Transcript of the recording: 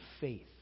faith